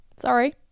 Sorry